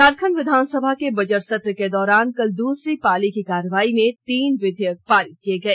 झारखंड विधानसभा के बजट सत्र के दौरान कल दूसरी पाली की कार्यवाही में तीन विधेयक पारित किए गए